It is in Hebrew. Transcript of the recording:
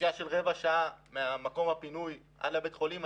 נסיעה של רבע שעה ממקום הפינוי לבית החולים,